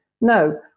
No